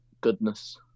goodness